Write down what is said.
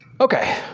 Okay